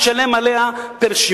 תשלם עליה פר-שימוש.